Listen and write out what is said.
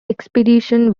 expedition